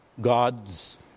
God's